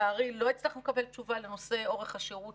לא הצלחנו לקבל תשובה לנושא אורך הישורת